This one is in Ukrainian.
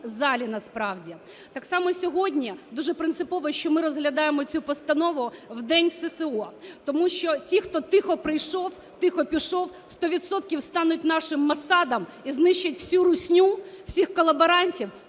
Так само сьогодні дуже принципово, що ми розглядаємо цю постанову в день ССО, тому що ті, хто тихо прийшов, тихо пішов, 100 відсотків стануть нашим Моссадом і знищать всю русню, всіх колаборантів,